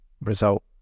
result